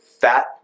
fat